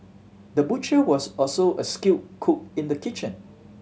the butcher was also a skilled cook in the kitchen